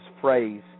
phrase